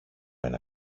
ένα